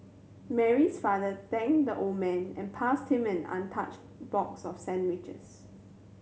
Mary's father thanked the old man and passed him an untouched box of sandwiches